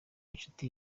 inshuti